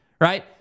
right